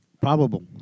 probable